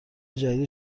جدید